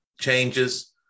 changes